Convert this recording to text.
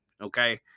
Okay